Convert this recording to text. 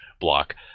block